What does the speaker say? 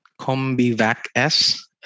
CombiVac-S